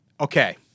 Okay